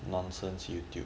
nonsense YouTube